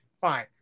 fine